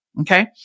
Okay